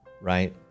right